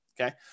Okay